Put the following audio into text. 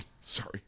Sorry